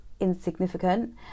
insignificant